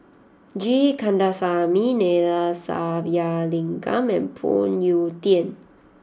G Kandasamy Neila Sathyalingam and Phoon Yew Tien